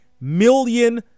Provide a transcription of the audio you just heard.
million